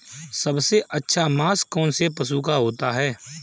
सबसे अच्छा मांस कौनसे पशु का होता है?